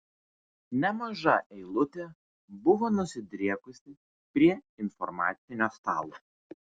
nemaža eilutė buvo nusidriekusi prie informacinio stalo